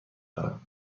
دارم